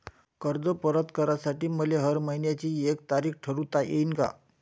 कर्ज परत करासाठी मले हर मइन्याची एक तारीख ठरुता येईन का?